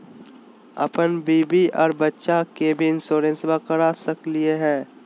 अपन बीबी आ बच्चा के भी इंसोरेंसबा करा सकली हय?